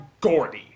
Gordy